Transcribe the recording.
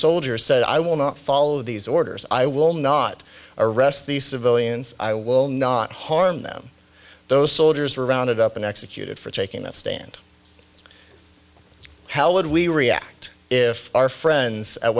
soldiers said i will not follow these orders i will not arrest the civilians i will not harm them those soldiers were rounded up and executed for taking that stand how would we react if our friends at